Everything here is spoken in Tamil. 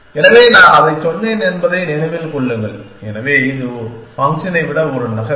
எனவே நான் அதைச் சொன்னேன் என்பதை நினைவில் கொள்ளுங்கள் எனவே இது ஃபங்க்ஷனை விட ஒரு நகர்வு